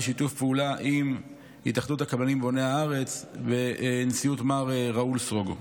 בשיתוף פעולה עם התאחדות הקבלנים בוני הארץ בנשיאות מר ראול סרוגו.